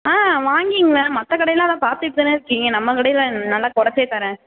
ஆ வாங்கிங்ளேன் மற்ற கடையில்லாம் அதான் பார்த்துட்தானே இருக்கிங்க நம்ம கடையில் நல்லா குறச்சே தரேன்